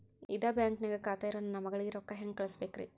ಇದ ಬ್ಯಾಂಕ್ ನ್ಯಾಗ್ ಖಾತೆ ಇರೋ ನನ್ನ ಮಗಳಿಗೆ ರೊಕ್ಕ ಹೆಂಗ್ ಕಳಸಬೇಕ್ರಿ?